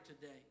today